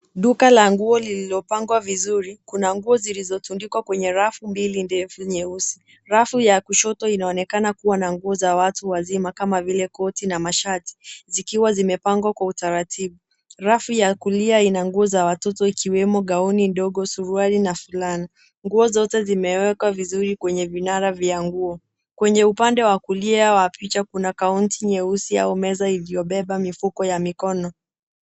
Duka la nguo lililo pangwa vizuri ,kuna nguo zilzo tundikwa kwenye rafu mbili ndefu nyeusi ,rafu ya kushoto ina onekana kuwa na nguo za watu wazima kama vile koti na mashati zikiwa zime pangwa kwa utaratibu ,rafu ya kulia ina nguo za watoto ikiwemo gauni ndogo, suruali na fulana ,nguo zote ime wekwa vizuri kwenye vinara vya nguo, kwenye upande wa kulia wa picha kuna kaunti nyeusi au meza iliyobeba mifuko ya mikono.